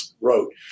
wrote